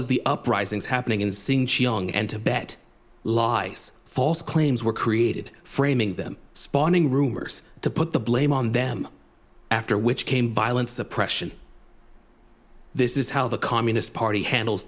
as the uprisings happening in seeing cheong and tibet loss false claims were created framing them spawning rumors to put the blame on them after which came violent suppression this is how the communist party handles